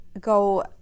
go